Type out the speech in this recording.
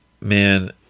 man